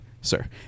sir